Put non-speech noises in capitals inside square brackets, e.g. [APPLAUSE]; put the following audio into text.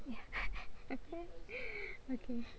ya [LAUGHS] I can't okay